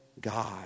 God